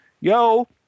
Yo